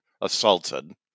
assaulted